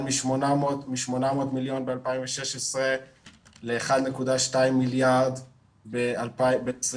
מ-800 מיליון ב-2016 ל-1.2 מיליארד ב-2020.